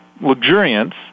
luxuriance